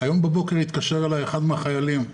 הבוקר התקשר אליי אחד החיילים שלי.